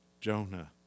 Jonah